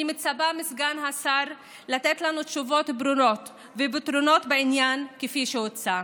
אני מצפה מסגן השר לתת לנו תשובות ברורות ופתרונות בעניין כפי שהוצג.